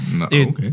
okay